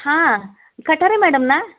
हां कटारे मॅडम ना